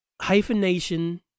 hyphenation